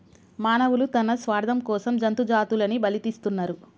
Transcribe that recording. మానవులు తన స్వార్థం కోసం జంతు జాతులని బలితీస్తున్నరు